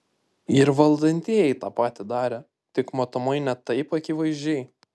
ir valdantieji tą patį darė tik matomai ne taip akivaizdžiai